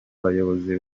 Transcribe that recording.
abayobozi